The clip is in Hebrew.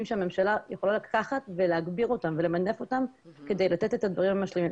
שהממשלה יכולה לקחת ולהגביר אותם ולמנף אותם כדי לתת את הדברים המשלימים.